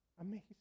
Amazing